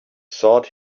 sought